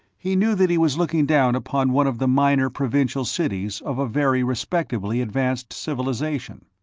he knew that he was looking down upon one of the minor provincial cities of a very respectably advanced civilization.